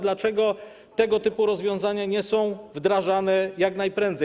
Dlaczego tego typu rozwiązania nie są wdrażane jak najprędzej?